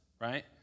right